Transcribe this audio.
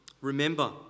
remember